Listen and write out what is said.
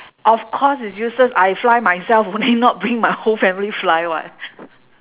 of course it's useless I fly myself only not bring my whole family fly [what]